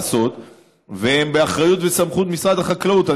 והם באחריות וסמכות משרד החקלאות.